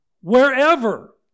Wherever